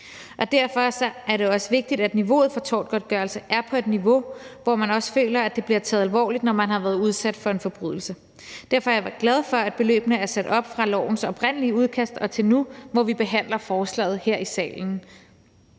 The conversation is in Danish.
Derfor er det også vigtigt, at niveauet for tortgodtgørelse er på et niveau, hvor man også føler, at det bliver taget alvorligt, når man har været udsat for en forbrydelse. Derfor er jeg glad for, at beløbene er sat op fra lovens oprindelige udkast til nu, hvor vi behandler forslaget her i salen.